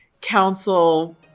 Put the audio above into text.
council